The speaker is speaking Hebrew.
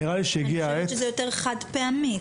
אני חושבת שזה יותר חד פעמי.